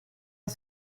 est